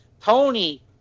Tony